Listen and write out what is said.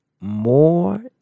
more